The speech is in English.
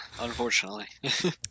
unfortunately